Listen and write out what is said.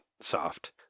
soft